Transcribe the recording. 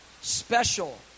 special